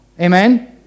Amen